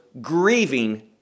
grieving